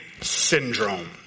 syndrome